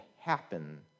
happen